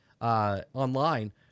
Online